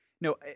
No